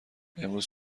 امروز